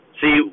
See